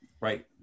Right